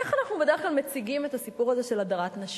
איך אנחנו בדרך כלל מציגים את הסיפור הזה של הדרת נשים?